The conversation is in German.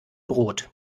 brot